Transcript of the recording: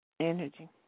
Energy